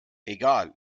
egal